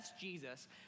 Jesus